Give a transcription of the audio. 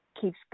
keeps